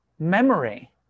Memory